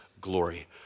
glory